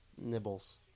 nibbles